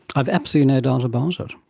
i've absolutely no doubt about it.